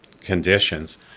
conditions